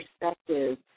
perspective